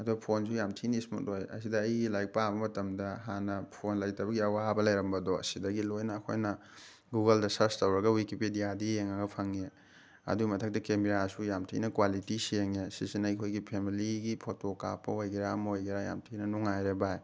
ꯑꯗꯨ ꯐꯣꯟꯁꯨ ꯌꯥꯝ ꯊꯤꯅ ꯏꯁꯃꯨꯠ ꯑꯣꯏ ꯑꯁꯤꯗ ꯑꯩ ꯂꯥꯏꯔꯤꯛ ꯄꯥꯕ ꯃꯇꯝꯗ ꯍꯥꯟꯅ ꯐꯣꯟ ꯂꯩꯇꯕꯒꯤ ꯑꯋꯥꯕ ꯂꯩꯔꯝꯕꯗꯣ ꯁꯤꯗꯒꯤ ꯂꯣꯏꯅ ꯑꯩꯈꯣꯏꯅ ꯒꯨꯒꯜꯗ ꯁꯔꯁ ꯇꯧꯔꯒ ꯋꯤꯀꯤꯄꯦꯗꯤꯌꯥꯗ ꯌꯦꯡꯉꯒ ꯐꯪꯉꯤ ꯑꯗꯨꯏ ꯃꯊꯛꯇ ꯀꯦꯃꯦꯔꯥꯁꯨ ꯌꯥꯝ ꯊꯤꯅ ꯀ꯭ꯋꯥꯂꯤꯇꯤ ꯁꯦꯡꯉꯦ ꯁꯤꯁꯤꯅ ꯑꯩꯈꯣꯏꯒꯤ ꯐꯦꯃꯤꯂꯤꯒꯤ ꯐꯣꯇꯣ ꯀꯥꯞꯄ ꯑꯣꯏꯒꯦꯔꯥ ꯑꯃ ꯑꯣꯏꯒꯦꯔꯥ ꯌꯥꯝ ꯊꯤꯅ ꯅꯨꯡꯉꯥꯏꯔꯦ ꯚꯥꯏ